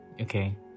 Okay